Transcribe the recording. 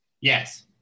Yes